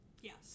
Yes